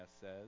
says